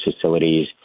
facilities